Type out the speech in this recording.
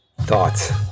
thoughts